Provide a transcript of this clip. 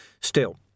Still